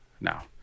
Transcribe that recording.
now